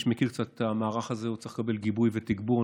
כמי שמכיר קצת את המערך הזה, לקבל גיבוי ותגבור.